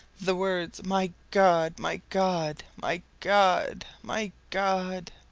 the words my god! my god! my god! my god!